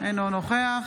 אינו נוכח